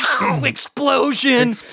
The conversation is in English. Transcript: explosion